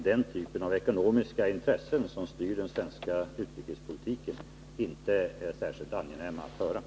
Men det engagemanget låter sig enligt min mening förenas med kritik av inslag i den israeliska politiken som vi ogillar.